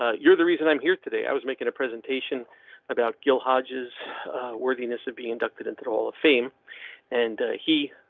ah you're the reason i'm here today. i was making a presentation about gil hodges worthiness of being inducted into the hall of fame and he